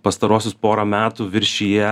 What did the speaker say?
pastaruosius porą metų viršija